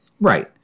Right